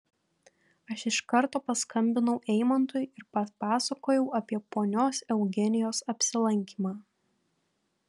aš iš karto paskambinau eimantui ir papasakojau apie ponios eugenijos apsilankymą